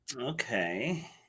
Okay